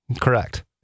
Correct